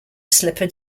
slipper